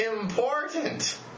important